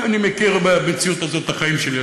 אני מכיר את המציאות הזאת בחיים שלי.